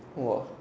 !wah!